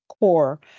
core